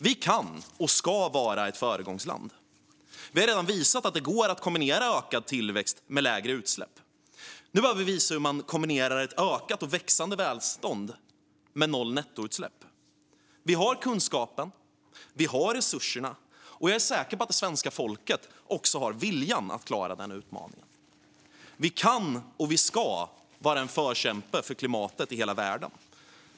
Vi kan och ska vara ett föregångsland. Vi har redan visat att det går att kombinera ökad tillväxt med lägre utsläpp. Nu behöver vi visa hur man kombinerar ökat välstånd med noll nettoutsläpp. Vi har kunskapen, vi har resurserna och jag är säker på att svenska folket också har viljan att klara den utmaningen. Vi kan och ska vara en förkämpe för klimatet i hela världen.